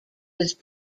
was